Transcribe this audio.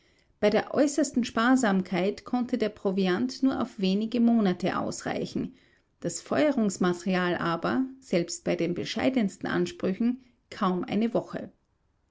bei der äußersten sparsamkeit konnte der proviant nur auf wenige monate ausreichen das feuerungsmaterial aber selbst bei den bescheidensten ansprüchen kaum eine woche